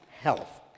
health